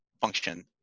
function